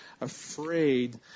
afraid